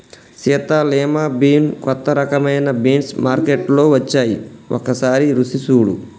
Sita lima bean కొత్త రకమైన beans మార్కేట్లో వచ్చాయి ఒకసారి రుచి సుడు